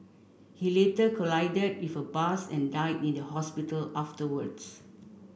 he later collided with a bus and died in the hospital afterwards